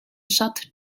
shut